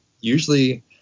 usually